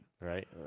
Right